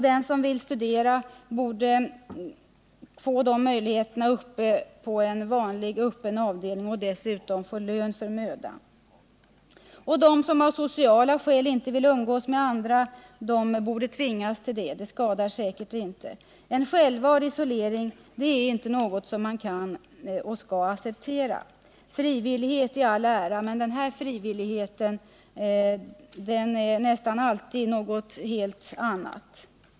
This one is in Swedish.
Den som vill studera borde få dessa möjligheter på en vanlig öppen avdelning och dessutom få lön för mödan. De som av sociala skäl inte vill umgås med vanliga dödliga borde tvingas till detta. Det skadar säkert inte. En självvald isolering är inte något som man kan eller skall acceptera. Frivillighet i all ära, men den här frivilligheten är nästan alltid något helt annat.